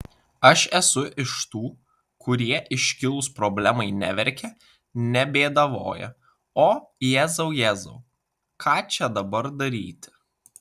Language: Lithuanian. aš esu iš tų kurie iškilus problemai neverkia nebėdavoja o jėzau jėzau ką čia dabar daryti